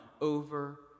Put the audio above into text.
over